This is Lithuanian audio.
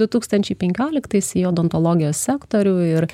du tūkstančiai penkioliktas į odontologijos sektorių ir